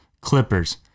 Clippers